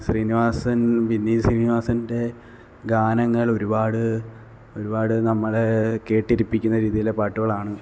ശ്രീനിവാസന് വിനീത് ശ്രീനിവാസന്റെ ഗാനങ്ങള് ഒരുപാട് ഒരുപാട് നമ്മളെ കേട്ടിരിപ്പിക്കുന്ന രീതിയിലുള്ള പാട്ടുകളാണ്